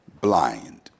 blind